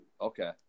okay